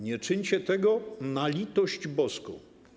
Nie czyńcie tego, na litość boską.